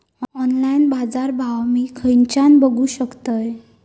Online बाजारभाव मी खेच्यान बघू शकतय?